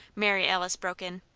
mary alice broke in.